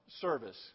service